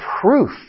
proof